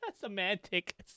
semantic